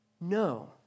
No